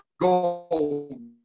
gold